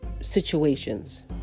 situations